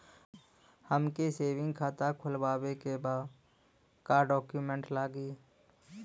हमके सेविंग खाता खोलवावे के बा का डॉक्यूमेंट लागी?